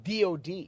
DOD